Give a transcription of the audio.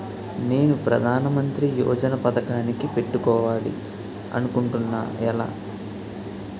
నేను ప్రధానమంత్రి యోజన పథకానికి పెట్టుకోవాలి అనుకుంటున్నా ఎలా?